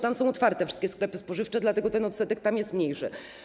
Tam są otwarte wszystkie sklepy spożywcze, dlatego ten odsetek jest mniejszy.